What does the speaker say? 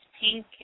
pink